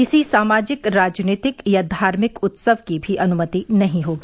किसी सामाजिक राजनीतिक या धार्मिक उत्सव की भी अनुमति नहीं होगी